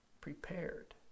prepared